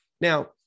Now